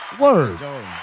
Word